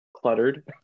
cluttered